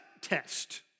Test